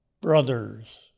brothers